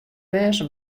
wêze